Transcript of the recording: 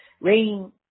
Rain